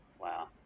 Wow